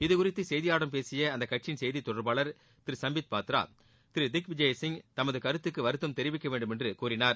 இதுகறித்து செய்தியாளர்களிடம் பேசிய அக்கட்சியின் செய்தித் தொடர்பாளர் திரு சம்பித் பத்ரா திரு திக்விஜய்சிங் தமது கருத்துக்கு வருத்தம் தெரிவிக்க வேண்டும் என்று கோரினார்